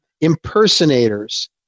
impersonators